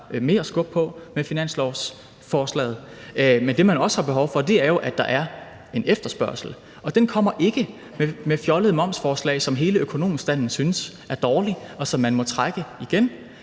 mere skub på med finanslovsforslaget. Men det, man også har behov for, er jo, at der er en efterspørgsel, og den kommer ikke med fjollede momsforslag, som hele økonomstanden synes er dårlige, og som man må trække igen.